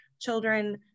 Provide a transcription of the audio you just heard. children